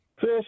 Fish